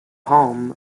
home